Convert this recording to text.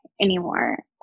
anymore